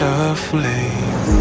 aflame